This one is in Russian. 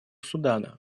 судана